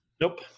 Nope